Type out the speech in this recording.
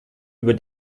über